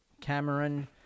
Cameron